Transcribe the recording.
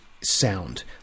sound